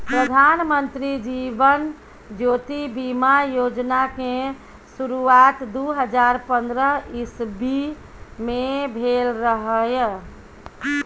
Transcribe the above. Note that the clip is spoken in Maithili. प्रधानमंत्री जीबन ज्योति बीमा योजना केँ शुरुआत दु हजार पंद्रह इस्बी मे भेल रहय